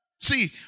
See